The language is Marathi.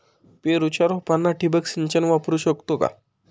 पेरूच्या रोपांना ठिबक सिंचन वापरू शकतो का?